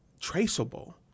traceable